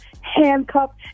handcuffed